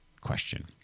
Question